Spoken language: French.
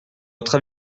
votre